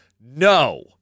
No